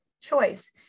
choice